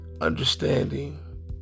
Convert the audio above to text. understanding